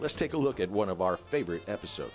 let's take a look at one of our favorite episode